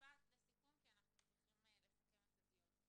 משפט לסיכום כי אנחנו צריכים לסכם את הדיון.